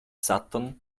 sutton